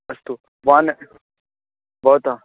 अस्तु भवान् भवतः